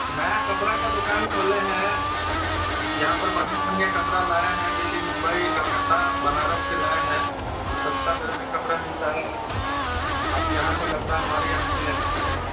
नया कपड़ा का दुकान खोले हैं यहाँ पर बढ़िया बढ़िया कपड़ा लाए हैं दिल्ली मुंबई कोलकाता बनारस से लाए हैं और सस्ता दर में कपड़ा मिलता है आप यहाँ से कपड़ा हमारे यहाँ से ले सकते हैं